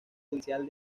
judicial